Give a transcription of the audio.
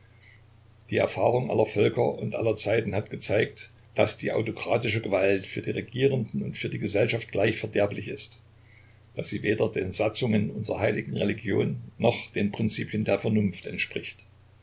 die erfahrung aller völker und aller zeiten hat gezeigt daß die autokratische gewalt für die regierenden und für die gesellschaft gleich verderblich ist daß sie weder den satzungen unserer heiligen religion noch den prinzipien der vernunft entspricht